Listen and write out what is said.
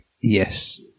yes